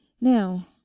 Now